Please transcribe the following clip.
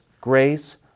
grace